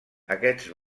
aquests